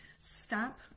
stop